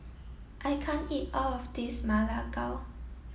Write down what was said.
I can't eat all of this Ma Lai Gao